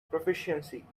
proficiency